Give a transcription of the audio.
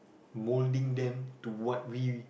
moulding them to what we